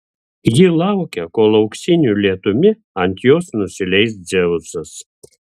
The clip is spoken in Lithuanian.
ji laukia kol auksiniu lietumi ant jos nusileis dzeusas